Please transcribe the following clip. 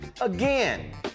again